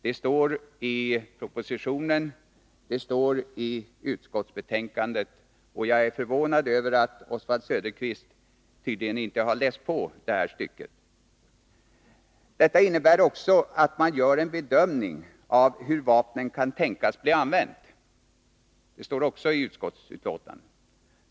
Det står i propositionen, och det står i utskottsbetänkandet, och jag är förvånad över att Oswald Söderqvist tydligen inte har läst på det här stycket. Det nämnda innebär också att man gör en bedömning av hur vapnet kan tänkas bli använt. Det står också i betänkandet.